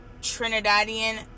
Trinidadian